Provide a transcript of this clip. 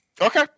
Okay